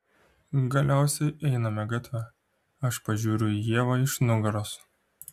galiausiai einame gatve aš pažiūriu į ievą iš nugaros